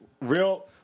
real